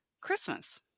Christmas